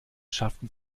schafften